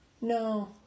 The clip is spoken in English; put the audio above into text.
No